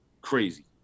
Crazy